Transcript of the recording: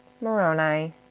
Moroni